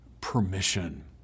permission